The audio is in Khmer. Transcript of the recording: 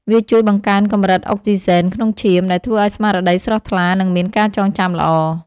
វាជួយបង្កើនកម្រិតអុកស៊ីហ្សែនក្នុងឈាម ដែលធ្វើឱ្យស្មារតីស្រស់ថ្លា និងមានការចងចាំល្អ។